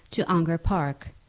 to ongar park,